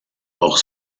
auch